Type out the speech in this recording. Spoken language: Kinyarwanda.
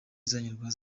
z’abanyarwanda